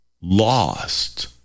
lost